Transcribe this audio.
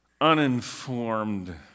uninformed